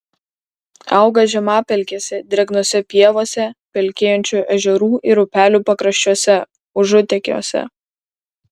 auga žemapelkėse drėgnose pievose pelkėjančių ežerų ir upelių pakraščiuose užutekiuose